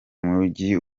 mujyi